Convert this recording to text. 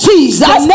Jesus